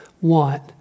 want